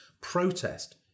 protest